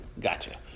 gotcha